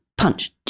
Punch